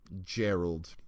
Gerald